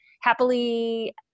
happily